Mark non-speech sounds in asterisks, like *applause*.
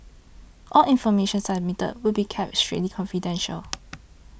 all information submitted will be kept strictly confidential *noise*